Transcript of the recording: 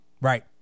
Right